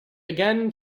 again